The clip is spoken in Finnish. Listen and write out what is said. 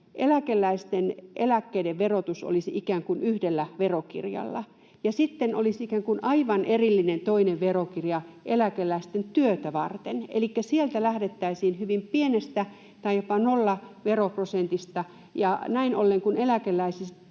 eläkeläisten eläkkeiden verotus olisi ikään kuin yhdellä verokirjalla ja sitten olisi ikään kuin aivan erillinen toinen verokirja eläkeläisten työtä varten? Elikkä sieltä lähdettäisiin hyvin pienestä tai jopa nollaveroprosentista, ja näin ollen, kun eläkeläiset